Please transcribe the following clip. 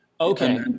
Okay